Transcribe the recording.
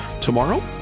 tomorrow